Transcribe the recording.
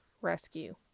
Rescue